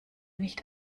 nicht